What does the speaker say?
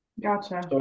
Gotcha